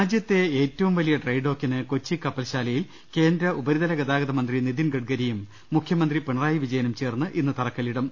രാജ്യത്തെ ഏറ്റവും വലിയ ഡ്രൈഡോക്കിന് കൊച്ചി കപ്പൽശാ ലയിൽ കേന്ദ്ര ഉപരിതലഗതാഗത മന്ത്രി നിതിൻ ഗഡ്ഗരിയും മുഖ്യ മന്ത്രി പിണറായി വിജയനും ചേർന്ന് ഇന്ന് തറക്കല്പിടും